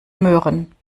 möhren